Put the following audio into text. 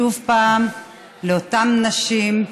שוב פעם לאותן נשים,